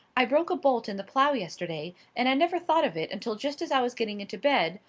i broke a bolt in the plow yesterday, and i never thought of it until just as i was getting into bed,